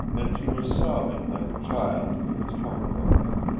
and she was sobbing like a child with its heart broken.